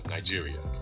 Nigeria